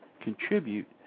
contribute